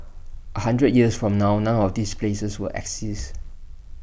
A hundred years from now none of these places will exist